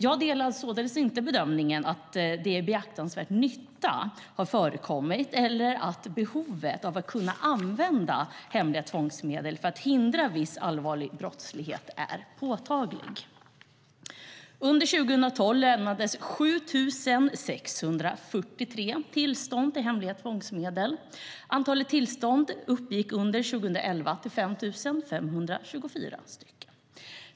Jag delar således inte bedömningen att beaktansvärd nytta har förekommit eller att behovet av att kunna använda hemliga tvångsmedel för att förhindra viss allvarlig brottslighet är påtagligt. Under 2012 lämnades 7 643 tillstånd till hemliga tvångsmedel. Antalet tillstånd uppgick under 2011 till 5 524.